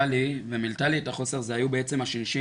לי ומילאה לי את החוסר זה היו בעצם הש"ש.